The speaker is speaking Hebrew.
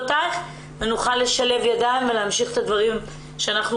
ושנוכל לשלב ידיים ולהמשיך את הדברים שאנחנו